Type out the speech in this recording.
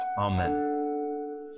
amen